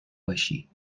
باشی